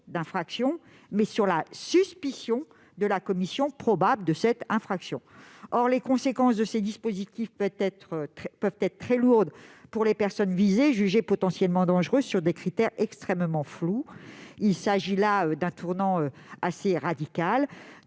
infraction, mais sur la suspicion de la commission probable de cette infraction. Or les conséquences de ces dispositifs peuvent être très lourdes pour les personnes visées, qui sont jugées potentiellement dangereuses sur des critères extrêmement flous. Il s'agit là d'un tournant assez radical.